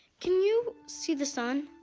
can you see the sun?